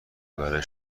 برای